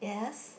yes